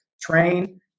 train